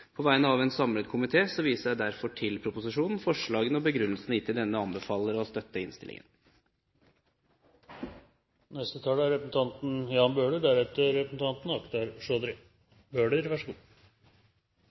På vegne av en samlet komité viser jeg derfor til proposisjonen, forslagene og begrunnelsen gitt i denne, og anbefaler Stortinget å støtte innstillingen. Jeg vil bare si at dette er